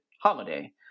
Holiday